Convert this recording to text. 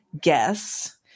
Guess